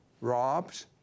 robbed